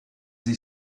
they